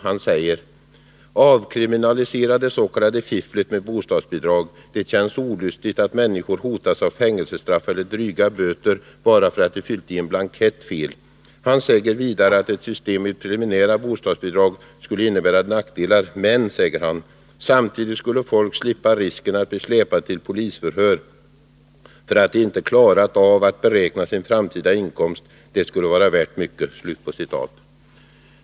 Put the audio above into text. Han säger: Avkriminalisera det s.k. fifflet med bostadsbidrag — det känns olustigt att människor hotas av fängelsestraff eller dryga böter bara för att de fyllt i en blankett fel. Han säger vidare att ett system med preliminära bostadsbidrag skulle innebära nackdelar men att samtidigt folk skulle slippa risken att bli släpade till polisförhör för att de inte klarat av att beräkna sin framtida inkomst — och det skulle vara värt mycket.